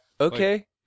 Okay